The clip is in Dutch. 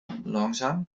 langzaam